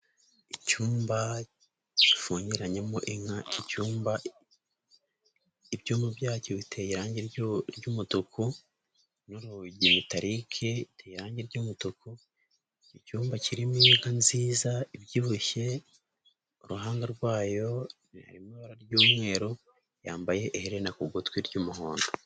Icyumba gifungiranyemo inka, icyumba ibyumba byacyo biteye irangi ry'umutuku, n'urugi rwa mitalike ruteye irangi ry'umutuku. Icyumba kirimo inka nziza zibyibushye, uruhanga rwayo ibara ry'umweru yambaye iherena ku gutwi ry'umuhondo.